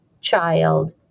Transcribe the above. child